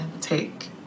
take